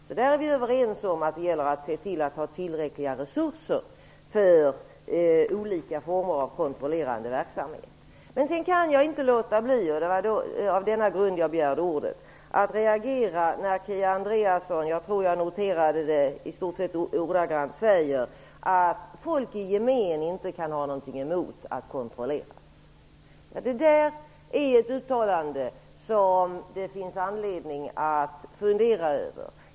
Vi är överens om att det gäller att se till att ha tillräckliga resurser för olika former av kontrollerande verksamhet. Orsaken till att jag begärde ordet var att jag ville kommentera följande som Kia Andreasson sade - jag tror att jag noterade det i stort sett ordagrant: Folk i gemen kan inte ha någonting emot att kontrolleras. Det är ett uttalande som det finns anledning att fundera över.